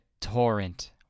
torrent